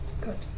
Good